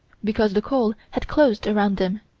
because the coal had closed around them,